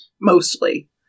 Mostly